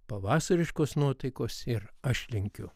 pavasariškos nuotaikos ir aš linkiu